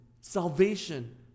Salvation